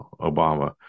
Obama